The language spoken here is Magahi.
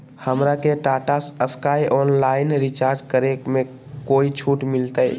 हमरा के टाटा स्काई ऑनलाइन रिचार्ज करे में कोई छूट मिलतई